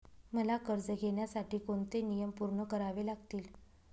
मला कर्ज घेण्यासाठी कोणते नियम पूर्ण करावे लागतील?